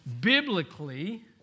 biblically